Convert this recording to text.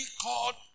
called